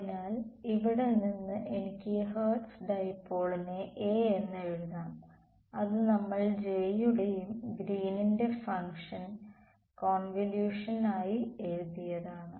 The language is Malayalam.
അതിനാൽ ഇവിടെ നിന്ന് എനിക്ക് ഈ ഹെർട്സ് ഡൈപോളിനെ A എന്ന് എഴുതാം അത് നമ്മൾ J യുടേയും ഗ്രീനിന്റെ ഫംഗ്ഷൻ Green's function കോൺവൊല്യൂഷൻ ആയി എഴുതിയതാണ്